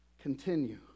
continue